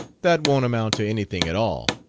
that won't amount to anything at all.